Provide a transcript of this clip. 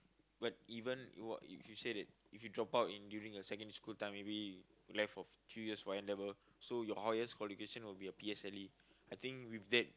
but even if you say that if you drop out in during your secondary school time maybe you left of three years for N-level so your highest qualification would be your P_S_L_E I think with that